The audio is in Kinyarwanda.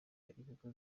ibigo